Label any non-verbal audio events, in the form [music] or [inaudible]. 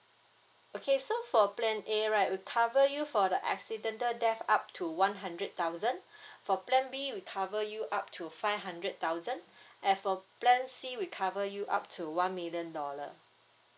okay so for plan a right we cover you for the accidental death up to one hundred thousand [breath] for plan b we cover you up to five hundred thousand and for plan c we cover you up to one million dollar